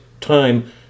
time